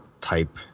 type